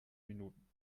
minuten